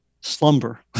slumber